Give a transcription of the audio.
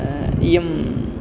इयं